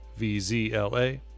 vzla